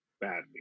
badly